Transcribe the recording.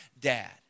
dad